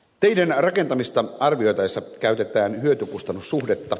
teiden rakentamista arvioitaessa käytetään hyötykustannus suhdetta